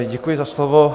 Děkuji za slovo.